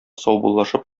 саубуллашып